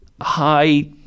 High